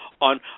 on